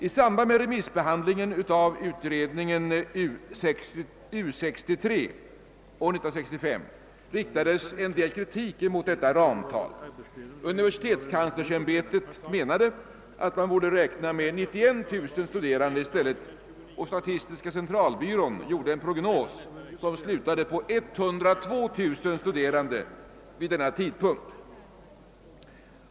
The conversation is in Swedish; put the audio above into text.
I samband med remissbehandlingen av utredningen U-63 år 1965 riktades en del kritik mot detta ramtal. Universitetskanslersämbetet menade att man i stället borde räkna med 91 000 studerande, och statistiska centralbyrån gjorde en prognos som slutade på 102 000 studerande vid denna tidpunkt.